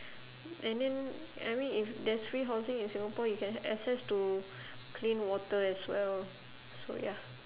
and then I mean if there's free housing in singapore you can access to clean water as well so ya